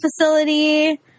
facility